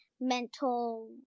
mental